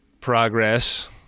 progress